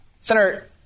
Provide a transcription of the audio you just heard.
Senator